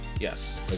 Yes